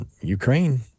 Ukraine